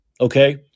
okay